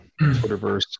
Twitterverse